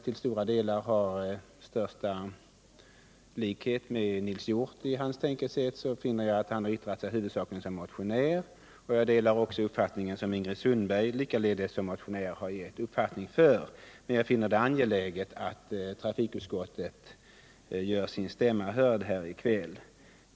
I stora delar är jag av samma mening som Nils Hjorth, men jag finner att han yttrat sig huvudsakligen som motionär. Jag ansluter mig också till den uppfattning som Ingrid Sundberg såsom motionär har givit uttryck för, men jag finner det angeläget att trafikutskottet gör sin stämma hörd här i kväll.